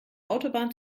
autobahn